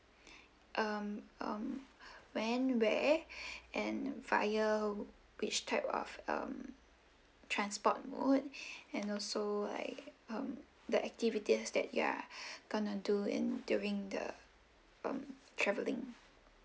um um when where and via which type of um transport mode and also like um the activities that you're gonna do in during the um travelling